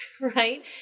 right